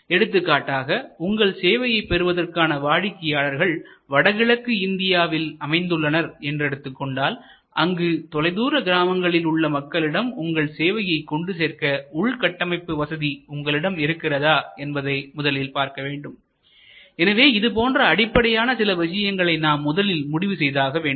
எடுத்துக்காட்டாக உங்கள் சேவையைப் பெறுவதற்கான வாடிக்கையாளர்கள் வடகிழக்கு இந்தியாவில் அமைந்துள்ளனர் என்று எடுத்துக் கொண்டால்அங்கு தொலைதூர கிராமங்களில் உள்ள மக்களிடம் உங்கள் சேவையை கொண்டு சேர்க்க உள்கட்டமைப்பு வசதி உங்களிடம் இருக்கிறதா என்பதை முதலில் பார்க்க வேண்டும் எனவே இது போன்ற அடிப்படையான சில விஷயங்களை நாம் முதலில் முடிவு செய்தாக வேண்டும்